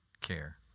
care